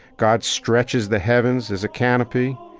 god stretches the heavens as a canopy.